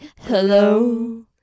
Hello